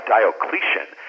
Diocletian